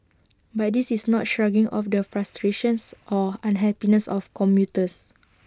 but this is not shrugging off the frustrations or unhappiness of commuters